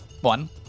one